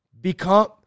Become